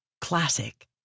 classic